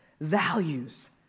values